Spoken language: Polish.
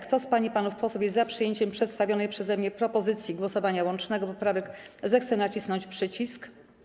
Kto z pań i panów posłów jest za przyjęciem przedstawionej przeze mnie propozycji łącznego głosowania nad poprawkami, zechce nacisnąć przycisk.